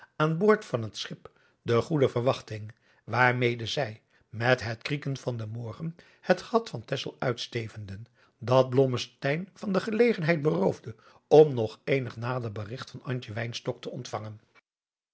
aan boord van het schip de goede verwachting waarmede zij met het krieken van den morgen het gat van texel uitstevenden dat blommesteyn van de gelegenheid beroofde om nog eenig nader berigt van antje wynstok te ontvangen